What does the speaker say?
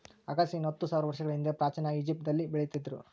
ಅಗಸೆಯನ್ನು ಹತ್ತು ಸಾವಿರ ವರ್ಷಗಳ ಹಿಂದೆಯೇ ಪ್ರಾಚೀನ ಈಜಿಪ್ಟ್ ದೇಶದಲ್ಲಿ ಬೆಳೀತಿದ್ರು